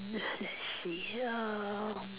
let's see um